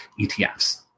ETFs